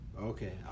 Okay